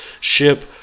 ship